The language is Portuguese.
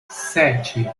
sete